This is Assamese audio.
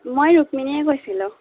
মই ৰুক্মিনীয়ে কৈছিলোঁ